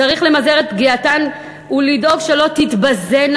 צריך למזער את פגיעתן ולדאוג שלא תתבזינה